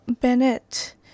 Bennett